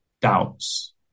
doubts